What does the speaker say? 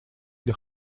для